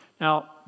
Now